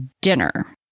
dinner